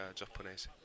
giapponese